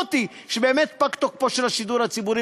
אותי שבאמת פג תוקפו של השידור הציבורי,